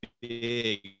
big